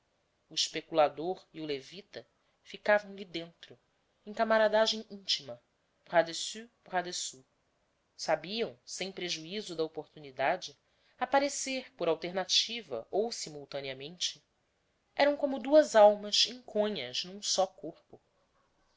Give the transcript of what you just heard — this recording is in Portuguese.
o especulador e o levita ficavam-lhe dentro em camaradagem intima bras dessus bras dessous sabiam sem prejuízo da oportunidade aparecer por alternativa ou simultaneamente eram como duas almas inconhas num só corpo